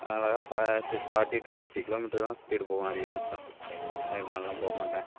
அழகாக forty to fifty kilometre தான் speed போவேன் அதிகபட்சம் அதுக்கு மேலலாம் போக மாட்டேன்